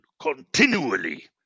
continually